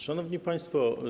Szanowni Państwo!